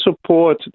support